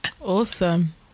Awesome